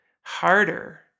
harder